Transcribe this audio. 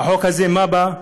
והחוק הזה, מה בא?